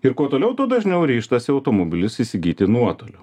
ir kuo toliau tuo dažniau ryžtasi automobilius įsigyti nuotoliu